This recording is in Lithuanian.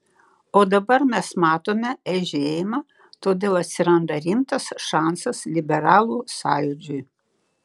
o dabar mes matome eižėjimą todėl atsiranda rimtas šansas liberalų sąjūdžiui